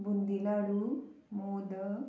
boondi laddoo modak